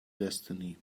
destiny